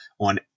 on